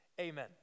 Amen